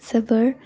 जोबोर